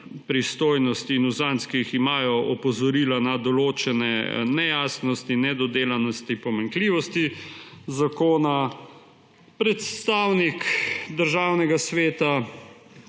pristojnosti in uzanc, ki jih imajo, opozorila na določene nejasnosti, nedodelanosti in pomanjkljivosti zakona. Predstavnik Državnega sveta,